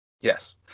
Yes